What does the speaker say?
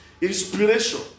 Inspiration